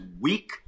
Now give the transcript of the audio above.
weak